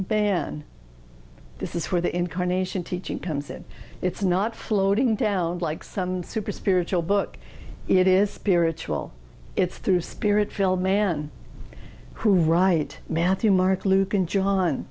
ban this is where the incarnation teaching comes in it's not floating down like some super spiritual book it is spiritual it's through spirit filled man who right matthew mark luke and john